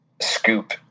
scoop